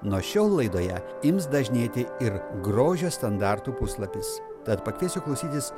nuo šiol laidoje ims dažnėti ir grožio standartų puslapis tad pakviesiu klausytis